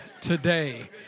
today